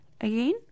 Again